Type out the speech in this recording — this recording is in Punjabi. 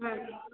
ਹਮ